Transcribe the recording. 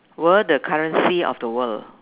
were the currency of the world